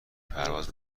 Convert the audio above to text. پرواز